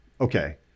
Okay